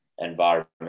environment